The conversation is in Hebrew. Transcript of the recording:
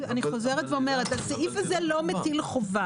אני חוזרת ואומרת שהסעיף הזה לא מטיל חובה